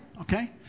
okay